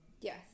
Yes